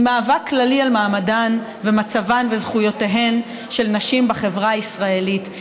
היא מאבק כללי על מעמדן ומצבן וזכויותיהן של נשים בחברה הישראלית.